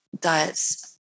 diets